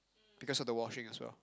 because of the washing as well